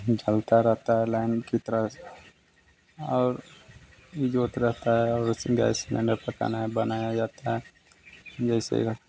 झलता रहता है लैंप की तरह से और यह ज्योत रहती है और उस गैस में ना पकाना बनाया जाता है जैसे